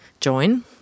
join